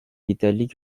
l’italie